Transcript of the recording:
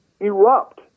Erupt